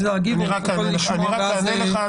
אני רק אענה לך.